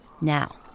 Now